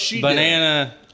banana